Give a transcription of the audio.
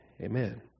Amen